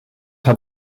hat